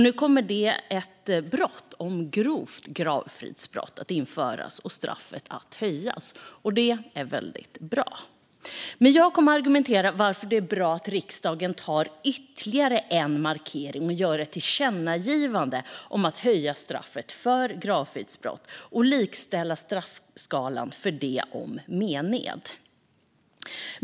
Nu kommer ett brott om grovt gravfridsbrott att införas och straffet höjas, och det är väldigt bra. Jag kommer att argumentera för varför det är bra att riksdagen gör ytterligare en markering genom ett tillkännagivande om att höja straffet för gravfridsbrott och likställa straffskalan för det med mened.